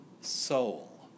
soul